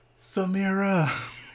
Samira